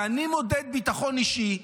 כשאני מודד ביטחון אישי,